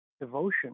devotion